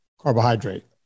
carbohydrate